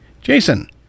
Jason